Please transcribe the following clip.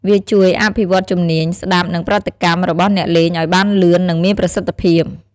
វាជួយអភិវឌ្ឍជំនាញ ស្តាប់ និងប្រតិកម្ម របស់អ្នកលេងឱ្យបានលឿន និងមានប្រសិទ្ធភាព។